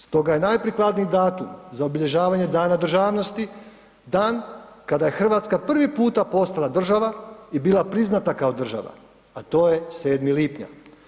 Stoga je najprikladniji datum za obilježavanje Dana državnosti, dan kada je Hrvatska prvi puta postala država i bila priznata kao država, a to je 7. lipnja.